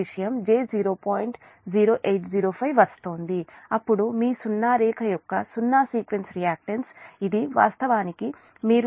0805 వస్తోంది అప్పుడు మీ సున్నా రేఖ యొక్క సున్నా సీక్వెన్స్ రియాక్టెన్స్ ఇది వాస్తవానికి మీరు లెక్కించిన j0